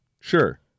Sure